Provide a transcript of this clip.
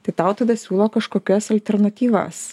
tai tau tada siūlo kažkokias alternatyvas